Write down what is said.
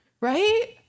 Right